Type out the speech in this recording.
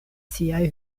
siaj